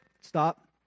Stop